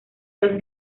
dos